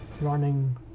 running